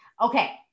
Okay